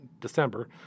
December